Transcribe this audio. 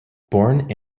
born